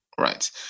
Right